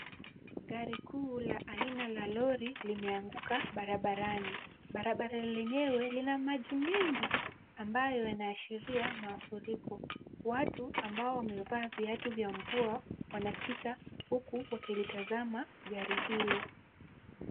Gari kuu la aina la lori limeanguka barabarani. Barabara lenyewe lina maji mengi, ambayo yanaashiria mafuriko. Watu ambao wamevaa viatu vya mvua wanapita huku wakilitazama gari hilo.